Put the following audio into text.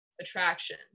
attraction